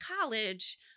college